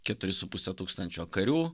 keturi su puse tūkstančio karių